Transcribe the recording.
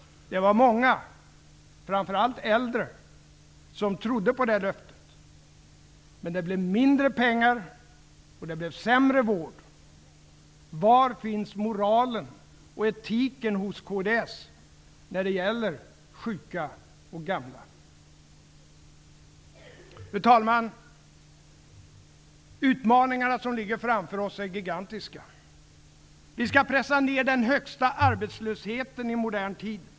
Det var många, framför allt äldre, som trodde på det löftet. Men det blev mindre pengar och sämre vård. Var finns moralen och etiken hos kds när det gäller sjuka och gamla? Fru talman! Utmaningarna som ligger framför oss är gigantiska. Vi skall pressa ned den högsta arbetslösheten i modern tid.